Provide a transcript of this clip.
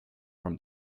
from